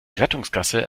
rettungsgasse